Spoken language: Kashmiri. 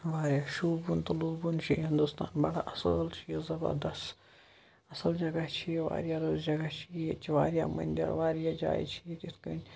واریاہ شوٗبوُن تہٕ لوٗبوُن چھُ ہِندُستان بَڑٕ اَصٕل چھُ یہِ زبردس اَصٕل جگہ چھِ یہِ واریاہ رٔژ جگہ چھِ ییٚتہِ چھِ واریاہ مٔندِر واریاہ جایہِ چھِ ییٚتہِ یِتھ کٔنۍ